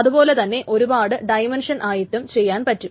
അതുപോലെ തന്നെ ഒരുപാട് ഡൈമെൻഷനായിട്ടും ചെയ്യാൻ പറ്റും